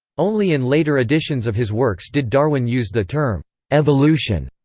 only in later editions of his works did darwin used the term evolution.